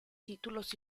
títulos